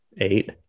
eight